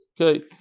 Okay